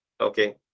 okay